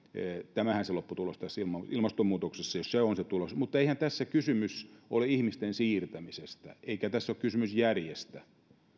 tämähän se lopputulos tässä ilmastonmuutoksessa on jos se on tulos mutta eihän tässä kysymys ole ihmisten siirtämisestä eikä tässä ole kysymys järjestä